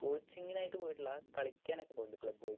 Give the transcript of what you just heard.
കോച്ചിങ്ങിനായിട്ടു പോയിട്ടില്ല കളിക്കാനൊക്കെ പോയിട്ടുണ്ട് ക്ലബ് വൈസ്